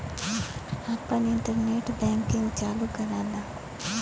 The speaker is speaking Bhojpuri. आपन इन्टरनेट बैंकिंग चालू कराला